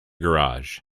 garage